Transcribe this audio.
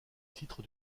titre